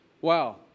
Wow